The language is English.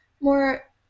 more